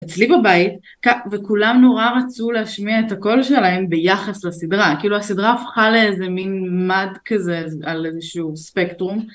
אצלי בבית, וכולם נורא רצו להשמיע את הקול שלהם ביחס לסדרה, כאילו הסדרה הפכה לאיזה מין מד כזה, על איזשהו ספקטרום.